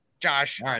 Josh